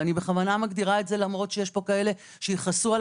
אני בכוונה מגדירה את זה כך למרות שיש פה כאלה שיכעסו עלי